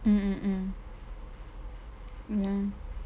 mm mm ya